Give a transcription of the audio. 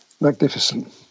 magnificent